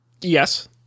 Yes